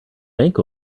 bank